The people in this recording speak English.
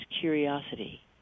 curiosity